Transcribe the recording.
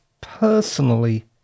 personally